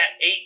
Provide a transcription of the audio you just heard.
eight